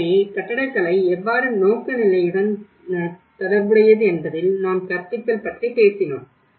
எனவே கட்டடக்கலை எவ்வாறு நோக்க நிலையுடன் தொடர்புடையது என்பதில் நாம் கற்பித்தல் பற்றிப் பேசினோம்